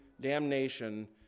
damnation